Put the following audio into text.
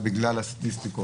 אולי בגלל הסטטיסטיקה,